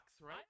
right